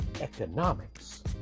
economics